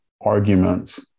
arguments